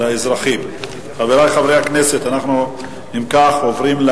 אבל אנחנו עכשיו מדברים על